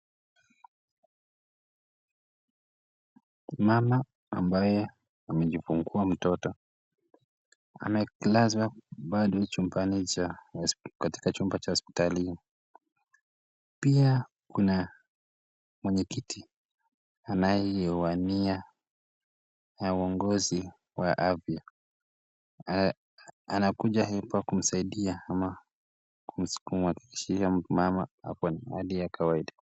Mama ambaye amejifungua mtoto, amelazwa bado chumbani cha ,katika chumba cha hospitali hii, pia kuna mwenye kiti anaye uania uongozi wa afya, anakuja hapa kumsaidia mama ama kumsafirisha mama kwenye wadi ya kawaida.